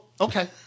okay